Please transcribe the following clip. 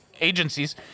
agencies